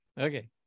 Okay